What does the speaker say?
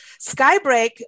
Skybreak